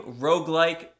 roguelike